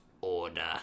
order